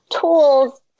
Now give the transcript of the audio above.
tools